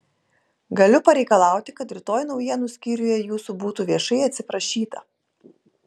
galiu pareikalauti kad rytoj naujienų skyriuje jūsų būtų viešai atsiprašyta